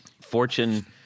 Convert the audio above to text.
fortune